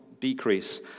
decrease